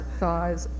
thighs